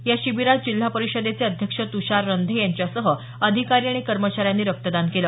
या शिबिरात जिल्हा परिषदेचे अध्यक्ष तुषार रंधे यांच्यासह अधिकारी आणि कर्मचाऱ्यांनी रक्तदान केलं